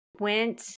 went